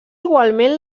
igualment